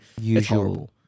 usual